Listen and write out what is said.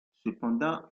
cependant